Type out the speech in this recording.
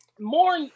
more